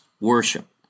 worship